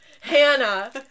Hannah